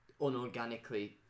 unorganically